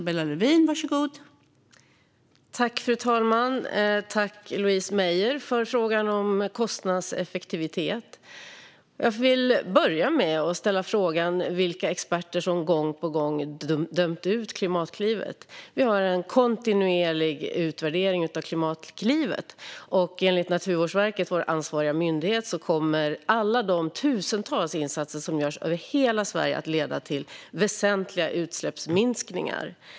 Fru talman! Tack, Louise Meijer, för frågan om kostnadseffektivitet! Jag vill börja med att ställa frågan vilka experter som gång på gång dömt ut Klimatklivet. Vi gör en kontinuerlig utvärdering av Klimatklivet. Enligt Naturvårdsverket, vår ansvariga myndighet, kommer alla de tusentals insatser som görs över hela Sverige att leda till väsentliga utsläppsminskningar.